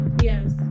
yes